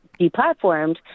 deplatformed